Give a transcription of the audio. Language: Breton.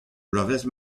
bloavezh